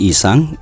Isang